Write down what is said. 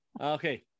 Okay